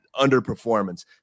underperformance